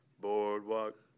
Boardwalk